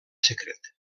secret